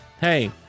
hey